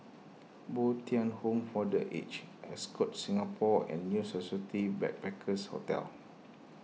Bo Tien Home for the Aged Ascott Singapore and New Society Backpackers' Hotel